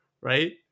right